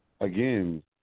Again